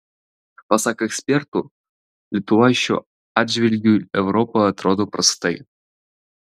pasak eksperto lietuva šiuo atžvilgiu europoje atrodo prastai